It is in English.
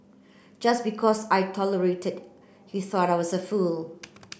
just because I tolerated he thought I was a fool